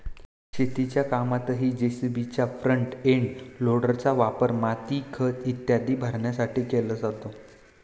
शेतीच्या कामातही जे.सी.बीच्या फ्रंट एंड लोडरचा वापर माती, खत इत्यादी भरण्यासाठी केला जातो